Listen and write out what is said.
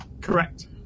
correct